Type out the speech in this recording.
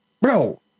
bro